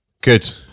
Good